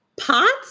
Pots